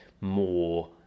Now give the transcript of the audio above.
more